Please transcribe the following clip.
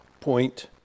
point